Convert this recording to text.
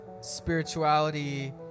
spirituality